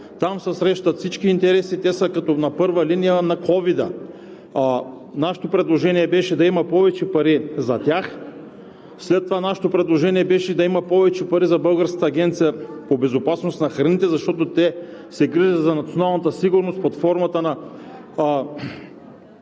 Там се срещат всички интереси. Те са като на първата линия с COVID-а. Нашето предложение беше да има повече пари за тях. След това нашето предложение беше да има повече пари за Българската агенция по безопасност на храните, защото те се грижат за националната сигурност под формата на